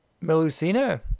Melusina